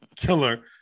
Killer